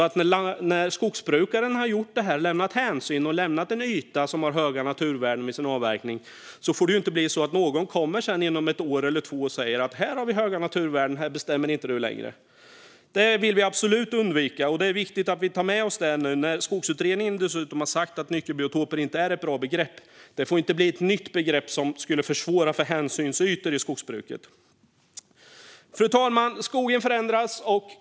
När skogsbrukaren har gjort det här, visat hänsyn och lämnat en yta med höga naturvärden vid sin avverkning, får det inte bli så att någon kommer inom ett år eller två och säger: "Här har vi höga naturvärden, så här bestämmer inte du längre." Det vill vi absolut undvika, och det är viktigt att vi tar med oss det nu när Skogsutredningen dessutom har sagt att nyckelbiotoper inte är ett bra begrepp. Hänsynsytor får inte bli ett nytt begrepp som försvårar för skogsbruket. Fru talman! Skogen förändras.